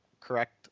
correct